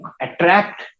attract